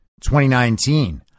2019